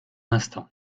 instant